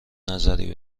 نظری